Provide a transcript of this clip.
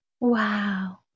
Wow